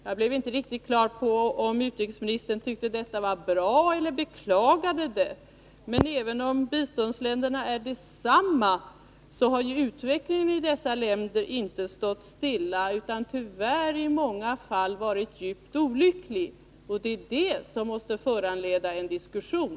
Jag blev inte riktigt på det klara med om utrikesministern tyckte att det var bra eller om han beklagade det. Men även om biståndsländerna är desamma har ju utvecklingen i dessa länder inte stått stilla utan i många fall tyvärr varit djupt olycklig — och det måste föranleda en diskussion.